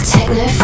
Techno